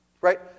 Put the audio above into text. Right